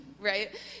right